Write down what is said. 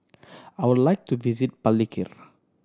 I would like to visit Palikir